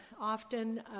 often